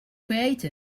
creative